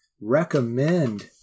recommend